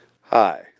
Hi